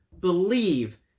believe